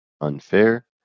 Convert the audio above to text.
unfair